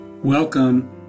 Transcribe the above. Welcome